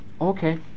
okay